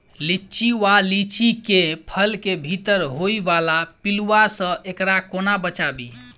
लिच्ची वा लीची केँ फल केँ भीतर होइ वला पिलुआ सऽ एकरा कोना बचाबी?